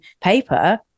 paper